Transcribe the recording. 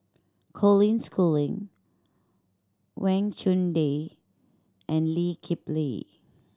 Colin Schooling Wang Chunde and Lee Kip Lee